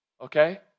okay